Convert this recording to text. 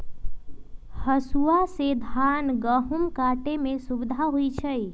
हसुआ से धान गहुम काटे में सुविधा होई छै